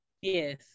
Yes